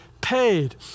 paid